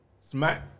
smack